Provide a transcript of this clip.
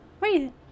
Wait